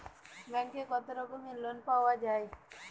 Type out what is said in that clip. ব্যাঙ্কে কত রকমের লোন পাওয়া য়ায়?